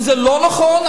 וזה לא נכון,